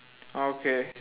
okay